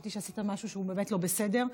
חשבתי שעשית משהו שהוא באמת לא בסדר.